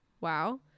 wow